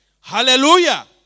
Hallelujah